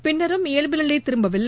பின்னரும் இயல்பு நிலை திரும்பவில்லை